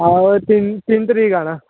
आहो तिन तिन तरीक आना